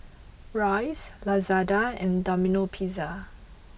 Royce Lazada and Domino Pizza